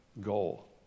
goal